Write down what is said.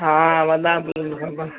हा हा वॾा बि